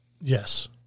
yes